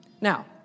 Now